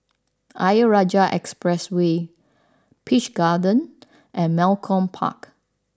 Ayer Rajah Expressway Peach Garden and Malcolm Park